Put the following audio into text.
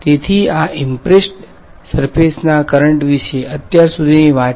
તેથી આ ઈમ્પ્રેસ્ડ સર્ફેસના કરંટ વિશે અત્યાર સુધીની વાત છે